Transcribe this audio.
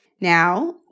Now